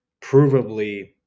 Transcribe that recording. provably